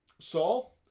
Saul